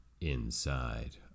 inside